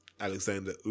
Alexander